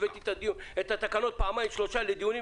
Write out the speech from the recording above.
הבאתי את התקנות פעמיים שלוש לדיון,